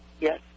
Yes